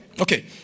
Okay